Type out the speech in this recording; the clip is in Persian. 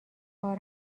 کار